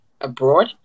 abroad